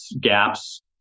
gaps